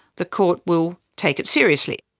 the court will take it seriously.